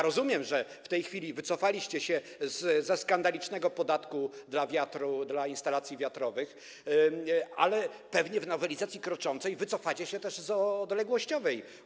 Rozumiem, że w tej chwili wycofaliście się ze skandalicznego podatku dla instalacji wiatrowych, ale pewnie w nowelizacji kroczącej wycofacie się też z ustawy odległościowej.